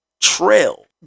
trail